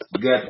get